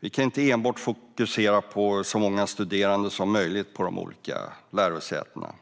Vi kan inte enbart fokusera på så många studerande som möjligt på de olika lärosätena.